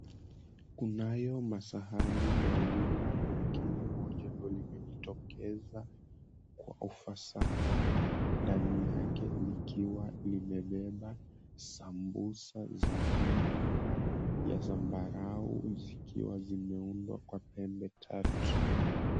Kunayo masahani mawili lakini moja ndo limejitokeza kwa ufasaha, ndani yake likiwa limebeba sambusa za rangi ya zambarau zikiwa zimeundwa kwa pembe tatu.